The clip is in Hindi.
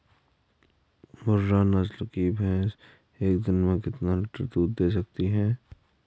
मुर्रा नस्ल की भैंस एक दिन में कितना लीटर दूध दें सकती है?